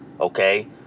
okay